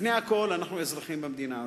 לפני הכול, אנחנו אזרחים במדינה הזאת.